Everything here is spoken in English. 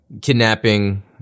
kidnapping